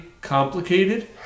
complicated